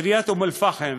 עיריית אום אל-פחם